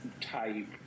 type